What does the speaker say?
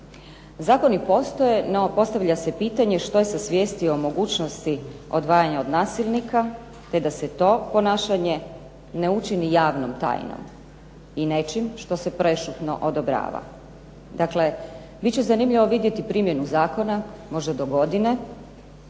Zakoni postoje, no postavlja se pitanje što je sa svijesti o mogućnosti odvajanja od nasilnika te da se to ponašanje ne učini javnom tajnom i nečim što se prešutno odobrava. Dakle bit će zanimljivo vidjeti primjenu zakona, možda dogodine,